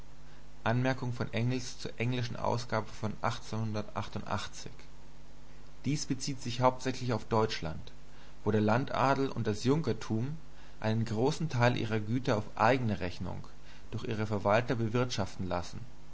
dies bezieht sich hauptsächlich auf deutschland wo der landadel und das junkertum einen großen teil ihrer güter auf eigene rechnung durch ihre verwalter bewirtschaften lassen